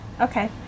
Okay